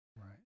Right